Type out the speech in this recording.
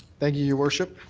thank you, your worship.